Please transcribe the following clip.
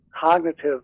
cognitive